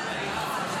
של פעם.